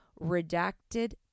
Redacted